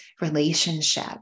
relationship